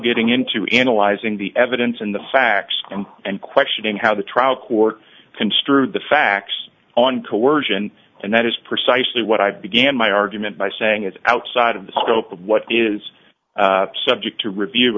getting into analyzing the evidence and the facts and questioning how the trial court construed the facts on coersion and that is precisely what i began my argument by saying is outside of the scope of what is subject to review